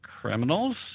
criminals